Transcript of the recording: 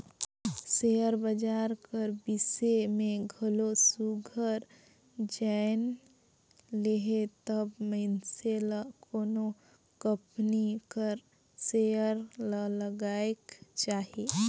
share बजार कर बिसे में घलो सुग्घर जाएन लेहे तब मइनसे ल कोनो कंपनी कर सेयर ल लगाएक चाही